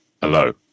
Hello